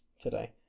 today